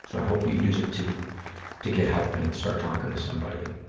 so i hope you use it to to get help and start talking to somebody.